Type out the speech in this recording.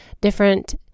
different